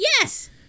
Yes